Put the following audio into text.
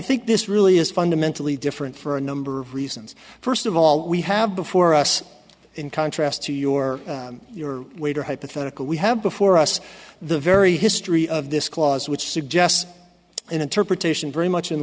think this really is fundamentally different for a number of reasons first of all we have before us in contrast to your your waiter hypothetical we have before us the very history of this clause which suggests an interpretation very much in